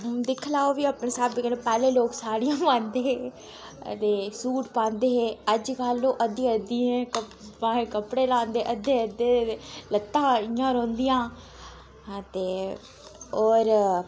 दिक्खी लैओ फ्ही अपने स्हाबे कन्नै पैह्लें लोक साड़ियां पांदे हे अदे सूट पांदे हे अज्जकल ओह् अद्धी अद्धियें कप बाएं कपड़े लांदे ते अद्धे अद्धे ते लत्तां इ'यां रौंह्दियां अते होर